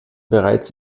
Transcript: bereits